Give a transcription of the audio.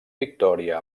victòria